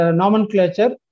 nomenclature